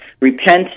repent